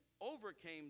overcame